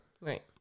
right